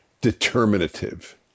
determinative